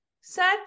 set